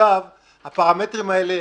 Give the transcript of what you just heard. הפרמטרים האלה,